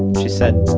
she said,